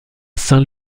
saint